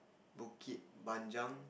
Bukit-Panjang